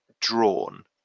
drawn